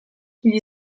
gli